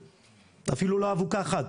אפילו לא אבוקה אחת.